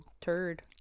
turd